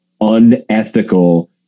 unethical